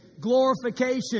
glorification